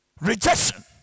Rejection